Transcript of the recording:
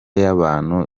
y’abantu